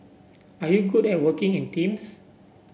are you good at working in teams